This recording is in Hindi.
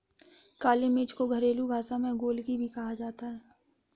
काली मिर्च को घरेलु भाषा में गोलकी भी कहा जाता है